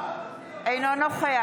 אינו נוכח